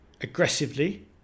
aggressively